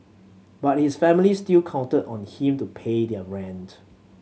but his family still counted on him to pay their rent